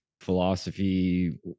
philosophy